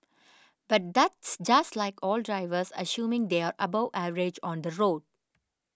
but that's just like all drivers assuming they are above average on the road